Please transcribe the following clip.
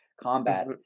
combat